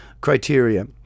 criteria